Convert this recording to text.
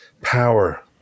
power